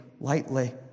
lightly